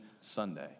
Sunday